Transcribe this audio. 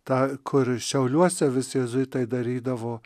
tą kur šiauliuose visi jėzuitai darydavo